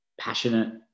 passionate